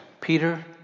Peter